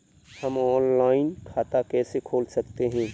हम ऑनलाइन खाता कैसे खोल सकते हैं?